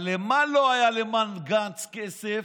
אבל למה לא היה למר גנץ כסף?